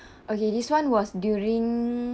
okay this one was during